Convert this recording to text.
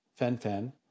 FenFen